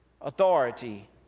authority